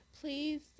Please